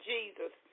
Jesus